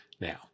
Now